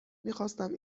میخواستم